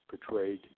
portrayed